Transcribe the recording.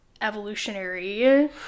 evolutionary